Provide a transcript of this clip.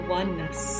oneness